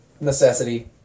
necessity